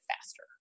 faster